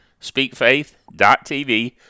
speakfaith.tv